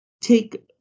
take